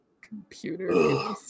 Computer